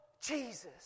Jesus